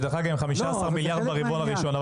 שהם 15 מיליארד ברבעון הראשון.